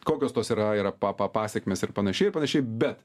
kokios tos yra yra pa pa pasekmės ir panašiai ir panašiai bet